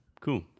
cool